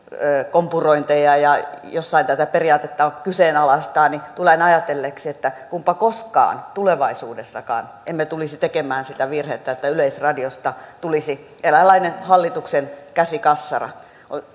kompurointeja ja jossain tätä periaatetta kyseenalaistetaan tulen ajatelleeksi että kunpa koskaan tulevaisuudessakaan emme tulisi tekemään sitä virhettä että yleisradiosta tulisi eräänlainen hallituksen käsikassara on